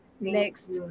next